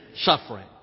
suffering